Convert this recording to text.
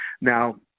Now